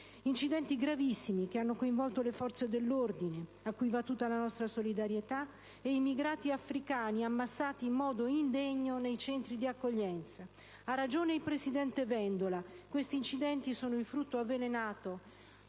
incidenti gravissimi, che hanno coinvolto le forze dell'ordine - a cui va tutta la nostra solidarietà - e immigrati africani ammassati in modo indegno nei Centri di accoglienza. Ha ragione il presidente Vendola: questi incidenti sono il frutto avvelenato